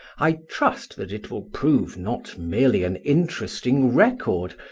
i trust that it will prove not merely an interesting record,